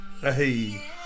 hey